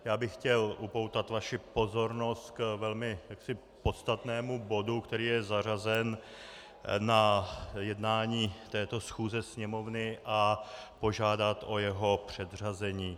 Já bych chtěl upoutat vaši pozornost k velmi podstatnému bodu, který je zařazen na jednání této schůze Sněmovny, a požádat o jeho předřazení.